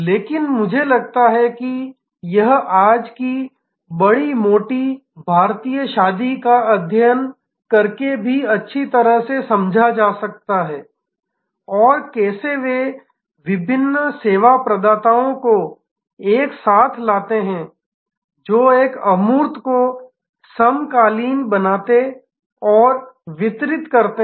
लेकिन मुझे लगता है कि यह आज की बड़ी मोटी भारतीय शादी का अध्ययन करके भी अच्छी तरह से समझा जा सकता है और कैसे वे विभिन्न सेवा प्रदाताओं को एक साथ लाते हैं जो एक अमूर्त को समकालीन बनाते और वितरित करते हैं